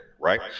right